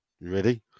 ready